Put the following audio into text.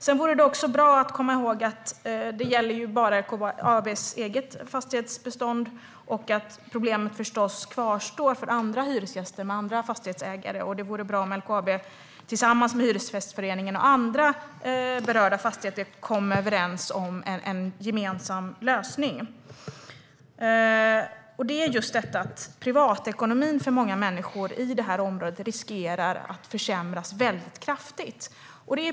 Sedan vore det också bra att komma ihåg att det här bara gäller LKAB:s eget fastighetsbestånd och att problemet förstås kvarstår för hyresgäster med andra fastighetsägare. Det vore bra om LKAB tillsammans med Hyresgästföreningen och andra berörda fastighetsägare kom överens om en gemensam lösning. Privatekonomin riskerar för många människor i det här området att försämras kraftigt.